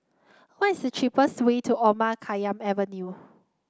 what is the cheapest way to Omar Khayyam Avenue